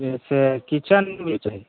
जे छै किचेन भी छै